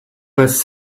was